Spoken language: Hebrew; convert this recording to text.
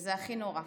וזה הכי נורא.